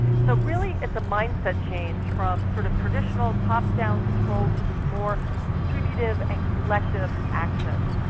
so really it's a mindset change from sort of traditional, top down control to this more distributive and collective action.